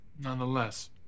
nonetheless